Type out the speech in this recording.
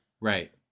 Right